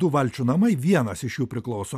du valčių namai vienas iš jų priklauso